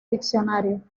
diccionario